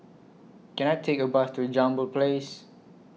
Can I Take A Bus to Jambol Place